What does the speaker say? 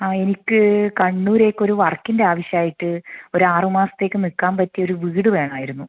ആ എനിക്ക് കണ്ണൂരേക്കൊരു വർക്കിൻ്റ ആവശ്യമായിട്ട് ഒരാറ് മാസത്തേക്ക് നിൽക്കാൻ പറ്റിയൊരു വീട് വേണായിരുന്നു